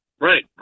Right